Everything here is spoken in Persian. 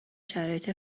شرایط